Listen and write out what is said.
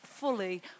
fully